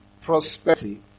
prosperity